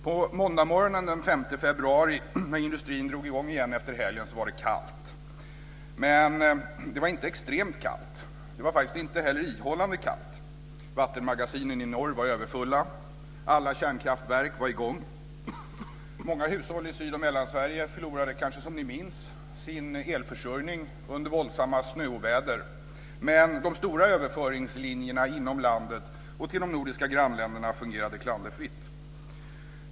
På måndagmorgonen den 5 februari när industrin drog i gång igen efter helgen var det kallt, men det var inte extremt kallt. Det var faktiskt inte heller ihållande kallt. Vattenmagasinen i norr var överfulla. Alla kärnkraftverk var i gång. Många hushåll i Sydoch Mellansverige förlorade, som ni minns, sin elförsörjning under våldsamma snöoväder, men de stora överföringslinjerna inom landet och till de nordiska grannländerna fungerade klanderfritt.